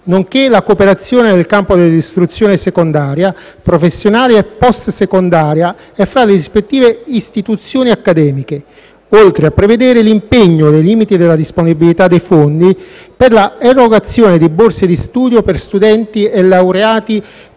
nonché la cooperazione nel campo dell'istruzione secondaria, professionale e *post*-secondaria e fra le rispettive istituzioni accademiche, oltre a prevedere l'impegno, nei limiti della disponibilità dei fondi, per l'erogazione di borse di studio per studenti e laureati